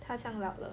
他这样老了